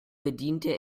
bediente